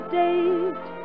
date